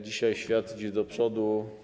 Dzisiaj świat idzie do przodu.